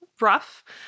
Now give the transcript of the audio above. rough